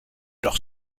leur